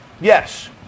Yes